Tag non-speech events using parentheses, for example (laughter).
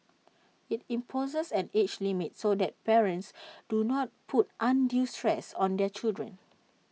IT imposes an age limit so parents (noise) do not put undue stress on their children